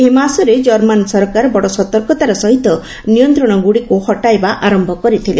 ଏହି ମାସରେ ଜର୍ମାନ୍ ସରକାର ବଡ଼ ସତର୍କତାର ସହିତ ନିୟନ୍ତ୍ରଣ ଗୁଡ଼ିକ ହଟାଇବା ଆରମ୍ଭ କରିଥିଲେ